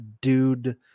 dude